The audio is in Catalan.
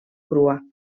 crua